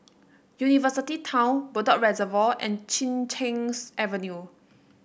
University Town Bedok Reservoir and Chin Cheng's Avenue